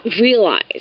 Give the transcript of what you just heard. realize